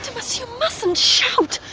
you mustn't shout.